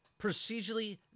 procedurally